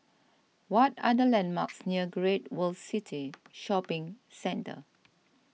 what are the landmarks near Great World City Shopping Centre